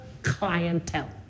clientele